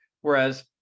whereas